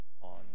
on